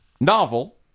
novel